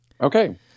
Okay